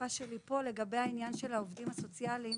שותפה שלי פה, על העניין הזה של עובדים סוציאליים